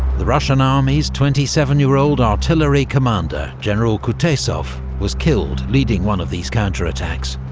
the russian army's twenty seven year old artillery commander, general kutaisov, was killed leading one of these counterattacks.